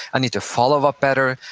i need to follow up better,